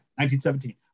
1917